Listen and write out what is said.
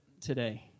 today